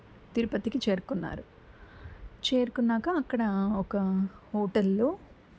తిరుపతికి చేరుకున్నారు చేరుకున్నాక అక్కడ ఒక హోటల్లో